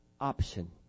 option